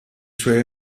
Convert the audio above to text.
suoi